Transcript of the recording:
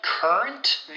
Current